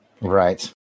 Right